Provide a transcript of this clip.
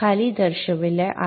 खाली दर्शविला आहे